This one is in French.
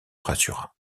rassura